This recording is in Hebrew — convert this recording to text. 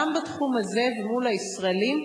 גם בתחום הזה ומול הישראלים,